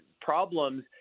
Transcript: problems